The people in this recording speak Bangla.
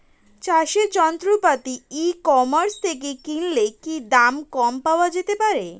চাষের যন্ত্রপাতি ই কমার্স থেকে কিনলে কি দাম কম পাওয়া যেতে পারে?